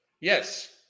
Yes